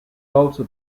also